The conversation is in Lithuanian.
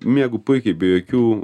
miegu puikiai be jokių